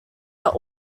are